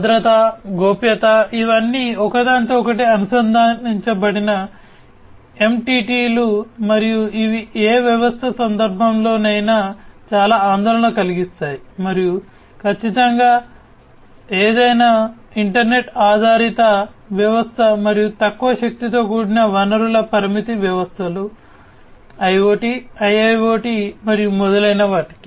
భద్రత గోప్యత ఇవన్నీ ఒకదానితో ఒకటి అనుసంధానించబడిన ఎంటిటీలు మరియు ఇవి ఏ వ్యవస్థ సందర్భంలోనైనా చాలా ఆందోళన కలిగిస్తాయి మరియు ఖచ్చితంగా ఏదైనా ఇంటర్నెట్ ఆధారిత వ్యవస్థ మరియు తక్కువ శక్తితో కూడిన వనరుల పరిమితి వ్యవస్థలు IoT IIoT మరియు మొదలైన వాటికి